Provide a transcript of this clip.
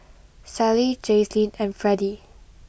Sally Jazlene and Freddie